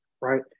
right